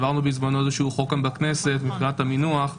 העברנו בזמנו חוק כאן בכנסת מבחינת המינוח.